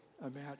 imagine